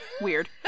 weird